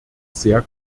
sehr